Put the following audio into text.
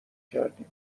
کردیم